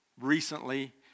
Recently